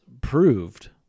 proved